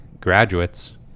graduates